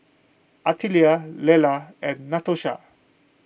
Artelia Lella and Natosha